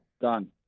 Done